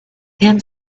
then